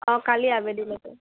অঁ কালি আবেলিলৈকে